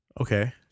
okay